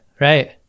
right